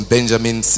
Benjamin